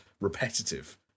repetitive